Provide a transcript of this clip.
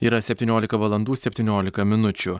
yra septyniolika valandų septyniolika minučių